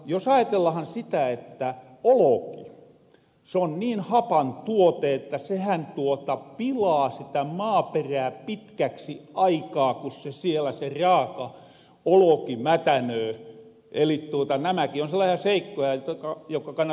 jos ajatellahan sitä että oloki on niin hapan tuote että sehän pilaa sitä maaperää pitkäksi aikaa ku sielä se raaka oloki mätänöö eli nämäki on sellasia seikkoja jokka kannattaa ottaa huomioon